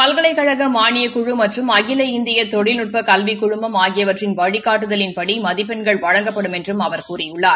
பல்கலைக்கழக மாளியக்குழு மற்றும் அகில இந்திய தொழில்நுட்ப கல்விக் குழும் வழிகாட்டுதலின்படி மதிப்பெண்கள் வழங்கப்படும் என்றும் அவர் கூறியுள்ளார்